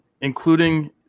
including